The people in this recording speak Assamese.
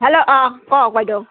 হেল্ল' অঁ কওক বাইদেউ